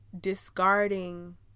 discarding